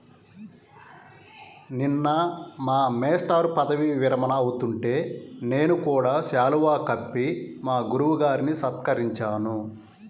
నిన్న మా మేష్టారు పదవీ విరమణ అవుతుంటే నేను కూడా శాలువా కప్పి మా గురువు గారిని సత్కరించాను